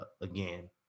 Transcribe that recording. again